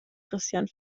christian